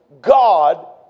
God